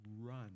run